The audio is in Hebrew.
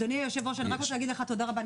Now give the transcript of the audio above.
אנחנו עושים לילות כימים כדי לטפל בזה,